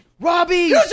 Robbie